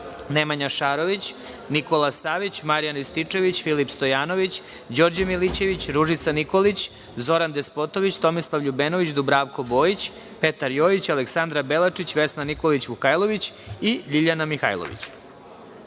Nemanja Šarović, Nikola Savić, Marijan Rističević, Filip Stojanović, Đorđe Milićević, Ružica Nikolić, Zoran Despotović, Tomislav Ljubenović, Dubravko Bojić, Petar Jojić, Aleksandra Belačić, Vesna Nikolić Vukajlović i Ljiljana Mihajlović. Primili